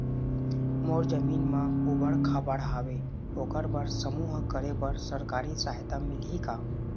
मोर जमीन म ऊबड़ खाबड़ हावे ओकर बर समूह करे बर सरकारी सहायता मिलही का?